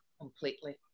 completely